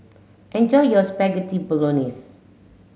enjoy your Spaghetti Bolognese